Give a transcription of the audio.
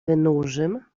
wynurzym